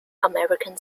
american